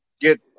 get